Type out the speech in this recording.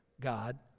God